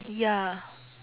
ya